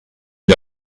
gli